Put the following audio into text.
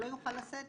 לא יוכל לשאת?